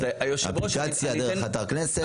דרך האפליקציה, דרך אתר הכנסת.